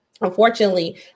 unfortunately